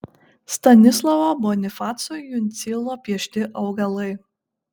stanislovo bonifaco jundzilo piešti augalai